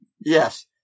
Yes